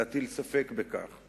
להטיל ספק בכך.